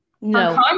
No